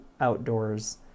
outdoors